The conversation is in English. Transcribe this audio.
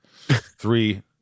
Three